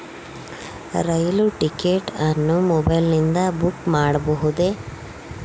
ರೈಲು ticket ಅನ್ನು ಮೊಬೈಲಿಂದ book ಮಾಡಬಹುದೆ?